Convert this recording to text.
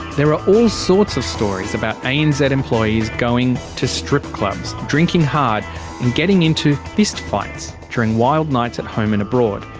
there are all sorts of stories about anz employees going to strip clubs, drinking hard and getting into fist fights during wild nights at home and abroad.